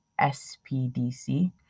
SPDC